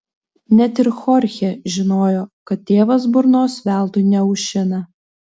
net ir chorchė žinojo kad tėvas burnos veltui neaušina